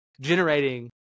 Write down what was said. generating